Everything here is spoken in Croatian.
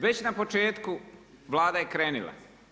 Već na početku Vlada je krenula.